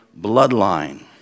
bloodline